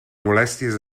molèsties